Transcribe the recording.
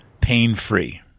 pain-free